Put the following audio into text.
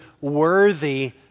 worthy